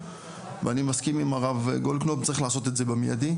ואני מסכים עם הרב גולדקנופ צריך לעשות את זה במיידי,